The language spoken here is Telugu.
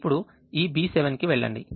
ఇప్పుడు ఈ B7 కి వెళ్ళండి